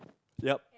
ya